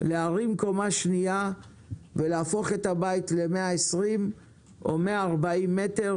להרים קומה שנייה ולהפוך את הבית ל-140-120 מטרים